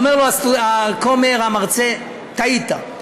אומר לו הכומר המרצה: טעית.